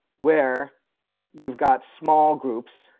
where you've got small groups.